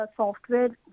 software